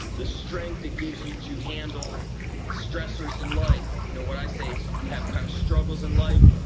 the strength it gives you to handle stressors in life, you know what i say you have kind of struggles in life,